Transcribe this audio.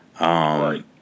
Right